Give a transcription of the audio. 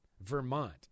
Vermont